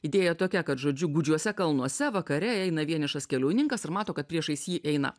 idėja tokia kad žodžiu gudžiuose kalnuose vakare eina vienišas keliauninkas ir mato kad priešais jį eina